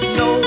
no